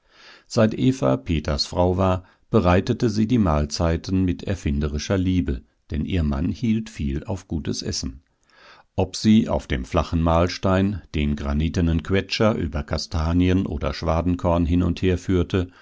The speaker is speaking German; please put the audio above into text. seit eva peters frau war bereitete sie die mahlzeiten mit erfinderischer liebe denn ihr mann hielt viel auf gutes essen ob sie auf dem flachen mahlstein den granitenen quetscher über kastanien oder schwadenkorn hin und her führte